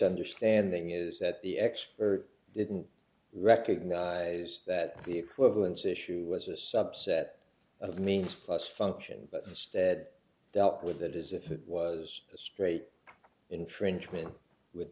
understanding is that the expert didn't recognise that the equivalence issue was a subset of means plus function but that dealt with it as if it was a straight infringement with